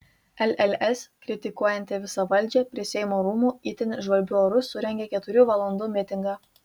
lls kritikuojanti visą valdžią prie seimo rūmų itin žvarbiu oru surengė keturių valandų mitingą